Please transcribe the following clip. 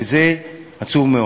וזה עצוב מאוד.